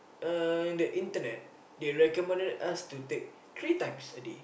uh in the internet they recommended us to take three times a day